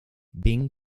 bing